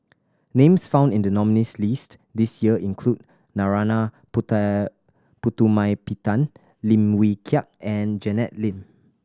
names found in the nominees' list this year include Narana Putumaippittan Lim Wee Kiak and Janet Lim